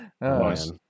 Nice